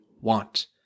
want